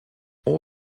all